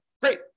Great